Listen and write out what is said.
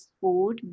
food